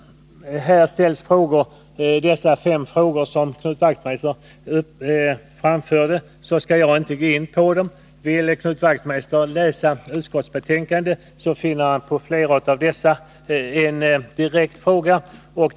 De fem frågor som Knut Wachtmeister framförde skall jag inte gå närmare in på här. Om Knut Wachtmeister läser utskottsbetänkandet skall han få direkt svar på flera av sina frågor.